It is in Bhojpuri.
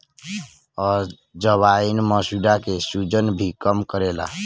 अजवाईन मसूड़ा के सुजन भी कम करेला